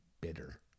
bitter